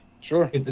Sure